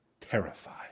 terrified